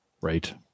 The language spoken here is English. Right